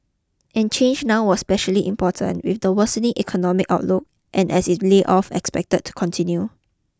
and change now was especially important with the worsening economic outlook and as layoffs expected to continue